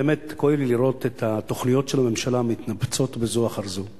באמת כואב לי לראות את התוכניות של הממשלה מתנפצות בזו אחר זו.